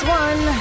one